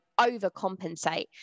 overcompensate